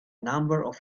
number